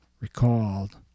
recalled